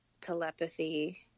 telepathy